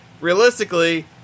realistically